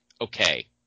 okay